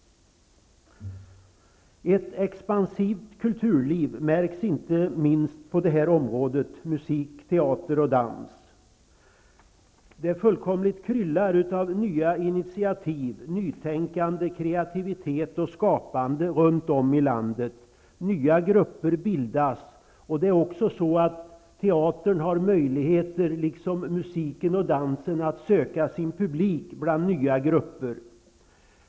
Ett expansivt kulturliv märks inte minst på det här området, musik, teater och dans. Det fullkomligt kryllar av nya initiativ, nytänkande, kreativitet och skapande runt om i landet. Nya grupper bildas. Teatern, liksom musiken och dansen, har möjligheter att söka sin publik bland nya grupper.